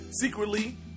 secretly